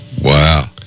Wow